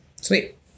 sweet